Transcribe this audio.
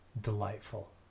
delightful